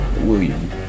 William